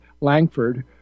Langford